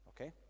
okay